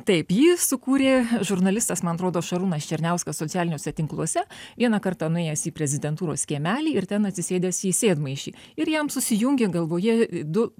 taip jį sukūrė žurnalistas man atrodo šarūnas černiauskas socialiniuose tinkluose vieną kartą nuėjęs į prezidentūros kiemelį ir ten atsisėdęs į sėdmaišį ir jam susijungė galvoje du